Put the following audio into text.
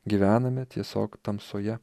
gyvename tiesiog tamsoje